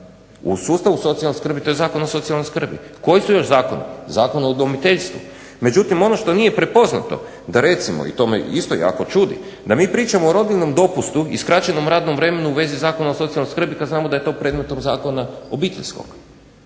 U sustavu socijalne skrbi to je Zakon o socijalnoj skrbi. Koji su još zakoni? Zakon o udomiteljstvu. Međutim, ono što nije prepoznato da recimo, i to me isto jako čudi, da mi pričamo o rodiljnom dopustu i skraćenom radnom vremenu u vezi Zakona o socijalnoj skrbi kad znamo da je to u predmetu zakona obiteljskog.